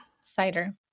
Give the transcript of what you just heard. cider